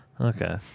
Okay